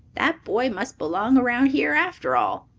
that boy must belong around here after all!